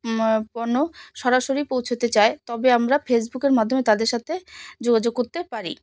পণ্য সরাসরি পৌঁছতে চায় তবে আমরা ফেসবুকের মাধ্যমে তাদের সাথে যোগাযোগ করতে পারি